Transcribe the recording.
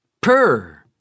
purr